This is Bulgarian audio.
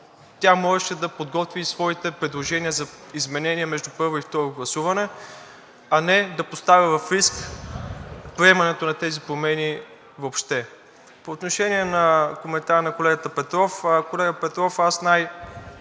можеше да подготви своите предложения за изменения между първо и второ гласуване, а не да поставя в риск приемането на тези промени въобще. По отношение на коментара на колегата Петров. Колега Петров,